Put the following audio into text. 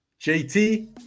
jt